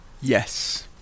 Yes